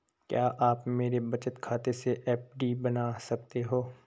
क्या आप मेरे बचत खाते से एफ.डी बना सकते हो?